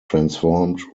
transformed